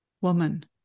woman